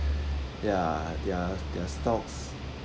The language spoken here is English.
ya ya their stocks